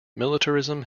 militarism